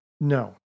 no